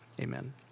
amen